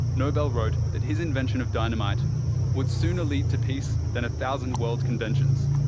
nobel wrote that his invention of dynamite would sooner lead to peace than a thousand world conventions,